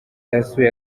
yasuye